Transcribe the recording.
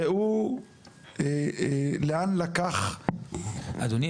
ראו לאן לקח --- אדוני,